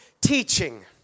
teaching